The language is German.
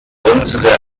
unsere